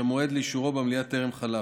שהמועד לאישורו במליאה טרם חלף.